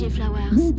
Flowers